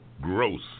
gross